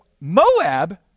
Moab